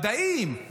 במדעים,